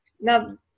Now